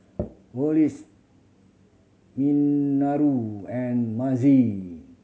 Coolidge Minoru and Mazie